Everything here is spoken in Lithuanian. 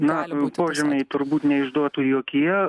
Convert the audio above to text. na požymiai turbūt neišduotų jokie